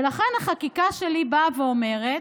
ולכן החקיקה שלי באה אומרת: